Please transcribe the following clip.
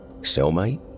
Cellmate